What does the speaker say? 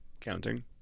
Counting